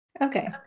Okay